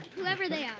whoever they are.